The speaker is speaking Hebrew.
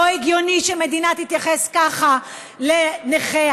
לא הגיוני שמדינה תתייחס ככה לנכיה,